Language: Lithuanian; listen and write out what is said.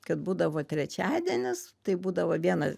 kad būdavo trečiadienis tai būdavo vieną